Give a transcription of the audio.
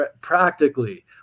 Practically